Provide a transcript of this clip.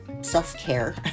self-care